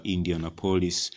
Indianapolis